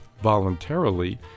voluntarily